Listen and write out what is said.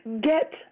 get